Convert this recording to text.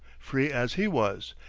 free as he was,